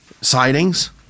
sightings